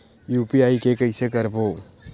UPI के कइसे करबो?